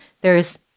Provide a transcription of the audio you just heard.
there's-